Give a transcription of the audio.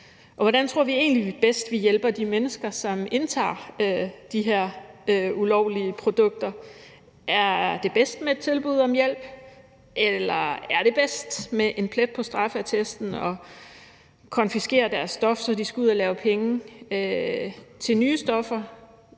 hvordan tror vi egentlig at vi bedst hjælper de mennesker, som indtager de her ulovlige produkter? Er det bedst med et tilbud om hjælp? Eller er det bedst med en plet på straffeattesten og at konfiskere deres stof, så de skal ud at lave penge til nye stoffer?